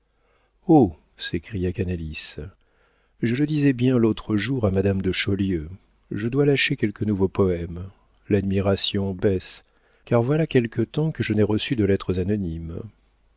s'écria canalis je le disais bien l'autre jour à madame de chaulieu je dois lâcher quelque nouveau poëme l'admiration baisse car voilà quelque temps que je n'ai reçu de lettres anonymes